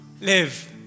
live